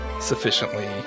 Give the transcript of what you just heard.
sufficiently